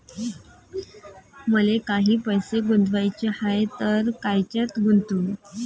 मले काही पैसे गुंतवाचे हाय तर कायच्यात गुंतवू?